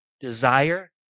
desire